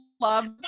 love